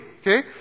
Okay